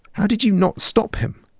how did you not stop him?